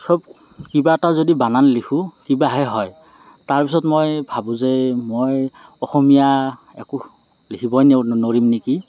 চব কিবা এটা যদি বানান লিখোঁ কিবাহে হয় তাৰ পিছত মই ভাবোঁ যে মই অসমীয়া একো লিখিবই নোৱাৰিম নেকি